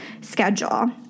schedule